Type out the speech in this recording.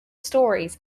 stories